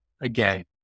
Again